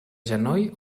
genoll